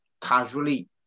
casually